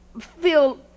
feel